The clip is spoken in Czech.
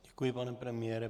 Děkuji, pane premiére.